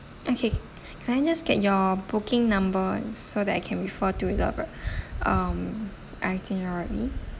okay can I just get your booking number so that I can refer to the um itinerary